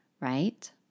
right